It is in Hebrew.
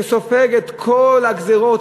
שסופג את כל הגזירות,